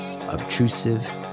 obtrusive